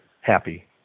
happy